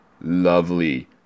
lovely